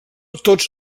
tots